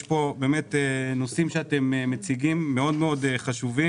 יש פה נושאים שאתם מציגים והם מאוד חשובים